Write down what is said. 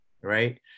Right